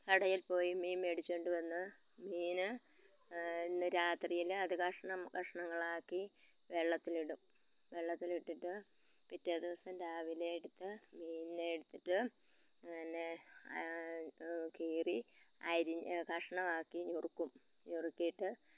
കടയിൽ പോയി മീൻ മേടിച്ചോണ്ട് വന്ന് മീന് ഇന്ന് രാത്രിയില് അത് കഷ്ണം കഷ്ണങ്ങളാക്കി വെള്ളത്തിലിടും വെള്ളത്തിലിട്ടിട്ട് പിറ്റേ ദിവസം രാവിലെ എടുത്ത് മീനിനെ എടുത്തിട്ട് പിന്നെ കീറി കഷ്ണമാക്കി നുറുക്കും നുറുക്കിയിട്ട്